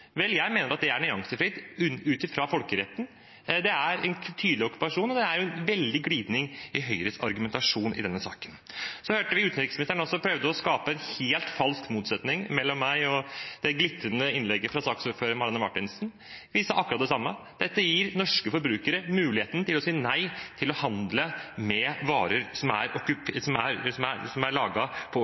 Vel, jeg mener at det er nyansefritt ut fra folkeretten. Det er en tydelig okkupasjon, og det er en veldig glidning i Høyres argumentasjon i denne saken. Så hørte vi at utenriksministeren også prøvde å skape en helt falsk motsetning mellom meg og det glitrende innlegget fra saksordfører Marianne Marthinsen. Vi sa akkurat det samme. Dette gir norske forbrukere muligheten til å si nei til å handle varer som er